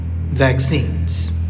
vaccines